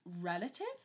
relative